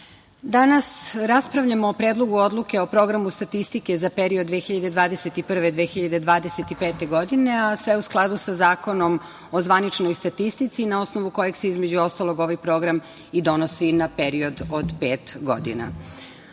danas raspravljamo o Predlogu odluke o Programu statistike za period 2021-2025. godine, a sve u skladu sa Zakonom o zvaničnoj statistici, na osnovu kojeg se, između ostalog, ovaj Program i donosi na period od pet godina. Osim